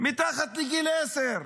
מתחת לגיל עשר.